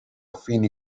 fini